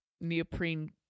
neoprene